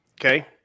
Okay